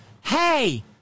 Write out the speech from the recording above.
hey